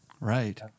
Right